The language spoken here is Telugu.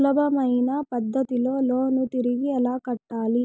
సులభమైన పద్ధతిలో లోను తిరిగి ఎలా కట్టాలి